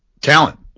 talent